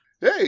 Hey